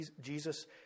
Jesus